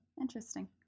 Interesting